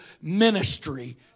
ministry